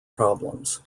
problems